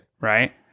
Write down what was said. Right